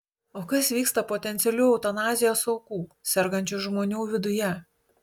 o kas vyksta potencialių eutanazijos aukų sergančių žmonių viduje